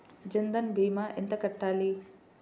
జన్ధన్ భీమా ఎంత కట్టాలి?